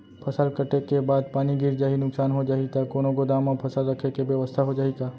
फसल कटे के बाद पानी गिर जाही, नुकसान हो जाही त कोनो गोदाम म फसल रखे के बेवस्था हो जाही का?